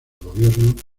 gobierno